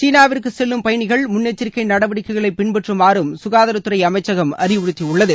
சீனாவிற்கு செல்லும் பயணிகள் முன் எச்சரிக்கை நடவடிக்கைகளை பின்பற்றுமாறு சுகாதாரத் துறை அமைச்சகம் அறிவுறுத்தியுள்ளது